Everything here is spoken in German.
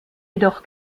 jedoch